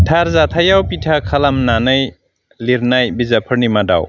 थार जाथाइयाव बिथा खालामनानै लिरनाय बिजाबफोरनि मादाव